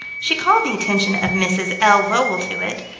she called the attention of mrs. l. lowell to it,